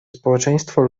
społeczeństwo